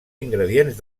ingredients